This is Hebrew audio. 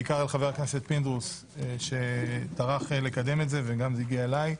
בעיקר לחבר הכנסת פינדרוס שטרח לקדם את זה וגם זה הגיע אליי.